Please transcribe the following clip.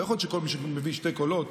לא יכול להיות שכל מי שמביא שני קולות,